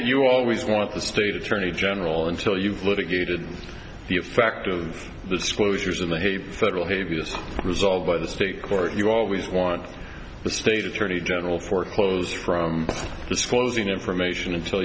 it you always want the state attorney general until you've litigated the fact of the disclosures of a federal havior result by the state court you always want the state attorney general foreclose from this closing information until